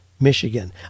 Michigan